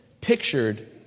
pictured